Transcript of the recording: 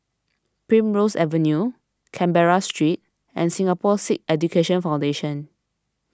Primrose Avenue Canberra Street and Singapore Sikh Education Foundation